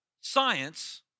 science